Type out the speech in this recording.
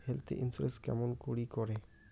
Health insurance কেমন করি করে?